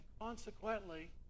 consequently